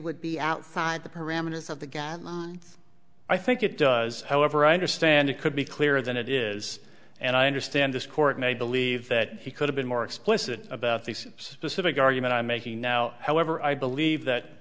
would be outside the parameters of the god i think it does however i understand it could be clearer than it is and i understand this court may believe that he could have been more explicit about this specific argument i'm making now however i believe that